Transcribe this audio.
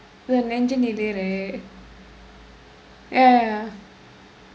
Nenjinile right ya ya